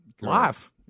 life